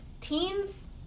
Teens